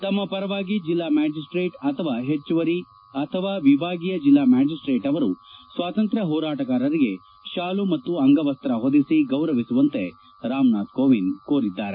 ತಮ್ಮ ಪರವಾಗಿ ಜಿಲ್ಲಾ ಮ್ಯಾಜಿಸ್ನೇಟ್ ಅಥವಾ ಹೆಚ್ಚುವರಿ ಅಥವಾ ಎಭಾಗೀಯ ಜಿಲ್ಲಾ ಮ್ಲಾಜಿಸ್ಸೇಟ್ ಅವರು ಸ್ವಾತಂತ್ರ್ಯ ಹೋರಾಟಗಾರರಿಗೆ ಶಾಲು ಮತ್ತು ಅಂಗವಸ್ತ ಹೊದಿಸಿ ಗೌರವಿಸುವಂತೆ ರಾಮನಾಥ್ ಕೋವಿಂದ್ ಕೋರಿದ್ದಾರೆ